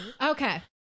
Okay